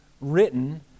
written